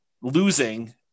losing